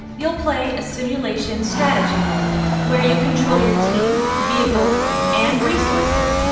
you'll play a simulation strategy mode where you control your team, vehicles and resources.